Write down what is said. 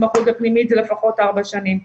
התמחות בפנימית זה לפחות ארבע שנים,